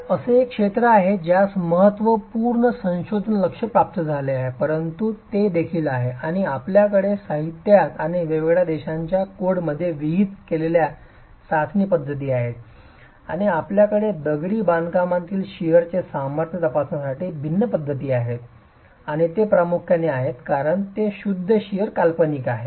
तर हे असे क्षेत्र आहे ज्यास महत्त्वपूर्ण संशोधन लक्ष प्राप्त झाले आहे परंतु ते देखील आहे आणि आपल्याकडे साहित्यात आणि वेगवेगळ्या देशांच्या कोडमध्ये विहित केलेल्या चाचणी पद्धती आहेत आणि आपल्याकडे दगडी बांधकामातील शिअरण्याचे सामर्थ्य तपासण्यासाठी भिन्न पद्धती आहेत आणि ते प्रामुख्याने आहे कारण ते शुद्ध शिअर काल्पनिक आहे